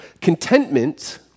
Contentment